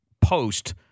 post